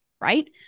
right